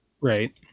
Right